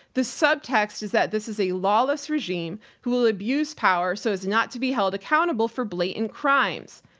the subtext is that this is a lawless regime who will abuse power so as not to be held accountable for blatant crimes.